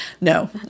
No